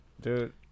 Dude